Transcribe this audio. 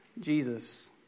Jesus